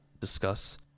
discuss